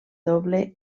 doble